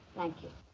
thank you.